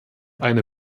eine